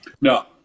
No